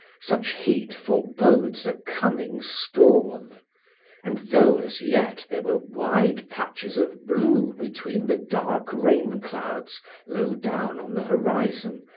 such heat forebodes a coming storm and though as yet there were wide patches of blue between the dark rain-clouds low down on the horizon,